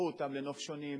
תשלחו אותם לנופשונים,